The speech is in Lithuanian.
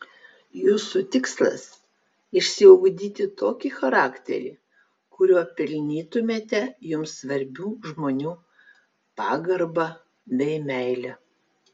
jūsų tikslas išsiugdyti tokį charakterį kuriuo pelnytumėte jums svarbių žmonių pagarbą bei meilę